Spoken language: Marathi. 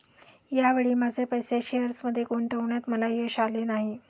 या वेळी माझे पैसे शेअर्समध्ये गुंतवण्यात मला यश आले नाही